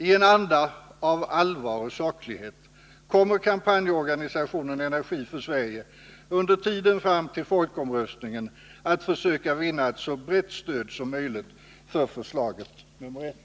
I en anda av allvar och saklighet kommer kampanjorganisationen Energi för Sverige under tiden fram till folkomröstningen att försöka vinna ett så brett stöd som möjligt för linje 1.